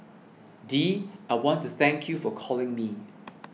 Dee I want to thank you for calling me